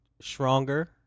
stronger